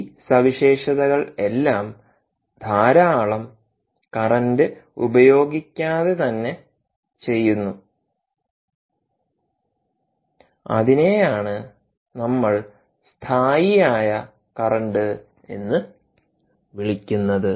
ഈ സവിശേഷതകളെല്ലാം ധാരാളം കറന്റ് ഉപയോഗിക്കാതെ തന്നെ ചെയ്യുന്നു അതിനെയാണ് നമ്മൾ സ്ഥായിയായ കറന്റ് എന്ന് വിളിക്കുന്നത്